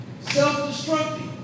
Self-destructive